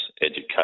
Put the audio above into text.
education